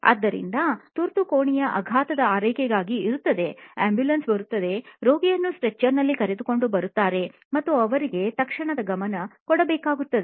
ಆದ್ದರಿಂದತುರ್ತು ಕೋಣೆಯು ಆಘಾತದ ಆರೈಕೆಗಾಗಿ ಇರುತ್ತದೆ ಆಂಬ್ಯುಲೆನ್ಸ್ ಬರುತ್ತದೆ ರೋಗಿಯನ್ನು ಸ್ಟ್ರೆಚರ್ ನಲ್ಲಿ ಕರೆದುಕೊಂಡು ಬರುತ್ತಾರೆ ಮತ್ತು ಅವರಿಗೆ ತಕ್ಷಣದ ಗಮನ ಕೊಡಬೇಕಾಗುತ್ತದೆ